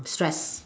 stress